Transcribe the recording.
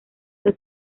que